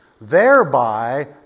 thereby